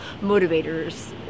motivators